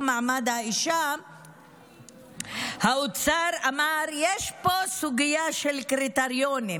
מעמד האישה האוצר אמר: יש פה סוגיה של קריטריונים.